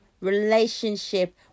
relationship